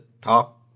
talk